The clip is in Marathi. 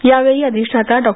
या वेळी अधिष्ठाता डॉ